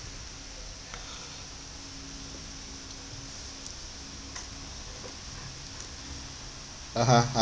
(uh huh)